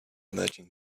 merging